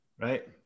right